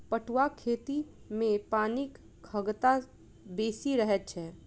पटुआक खेती मे पानिक खगता बेसी रहैत छै